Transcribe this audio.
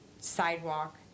sidewalk